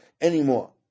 anymore